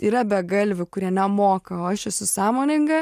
yra begalvių kurie nemoka o aš esu sąmoninga